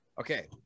Okay